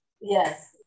Yes